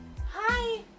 Hi